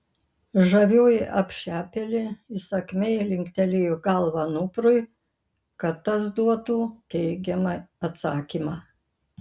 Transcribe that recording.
žavioji apšepėlė įsakmiai linktelėjo galva anuprui kad tas duotų teigiamą atsakymą